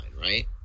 right